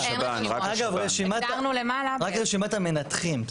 אגב, רק רשימת המנתחים.